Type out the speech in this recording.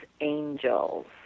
angels